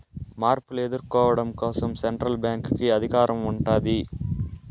మార్పులు ఎదుర్కోవడం కోసం సెంట్రల్ బ్యాంక్ కి అధికారం ఉంటాది